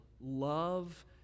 love